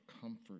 comfort